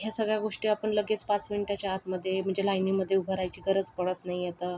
ह्या सगळ्या गोष्टी आपण लगेच पाच मिनिटाच्या आतमध्ये म्हणजे लाईनीमध्ये उभं रहायची गरज पडत नाही आता